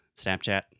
Snapchat